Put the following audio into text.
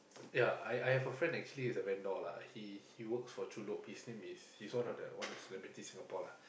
ya I I have a friend actually is a vendor lah he he works for Chun-Lok his name is he's one of the one of the celebrities Singapore lah